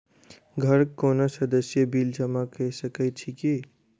घरक कोनो सदस्यक बिल जमा कऽ सकैत छी की?